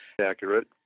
Accurate